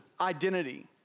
identity